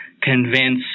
convince